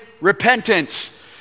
repentance